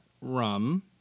rum